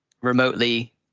remotely